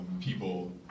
people